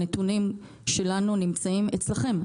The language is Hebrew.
הנתונים שלנו נמצאים אצלכם,